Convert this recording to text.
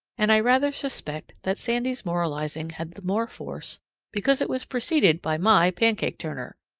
and i rather suspect that sandy's moralizing had the more force because it was preceded by my pancake turner!